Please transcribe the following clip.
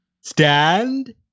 stand